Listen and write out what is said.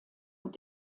und